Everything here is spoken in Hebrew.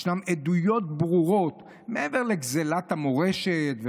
יש עדויות ברורות שמעבר לגזלת המורשת,